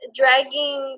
dragging